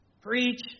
Preach